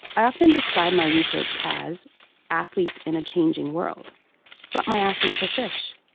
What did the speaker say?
i often describe my research as athletes in a changing world but my athletes are fish!